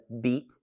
beat